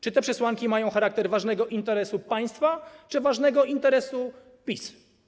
Czy te przesłanki mają charakter ważnego interesu państwa, czy ważnego interesu PiS?